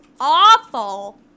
awful